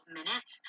minutes